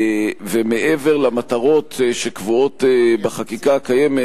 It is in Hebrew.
מעבר למטרות שקבועות בחקיקה הקיימת,